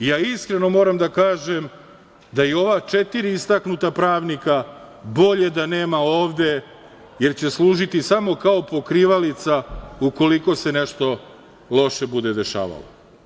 Iskreno moram da kažem da i ova četiri istaknuta pravnika bolje da nema ovde, jer će služiti samo kao pokrivalica ukoliko se nešto loše bude dešavalo.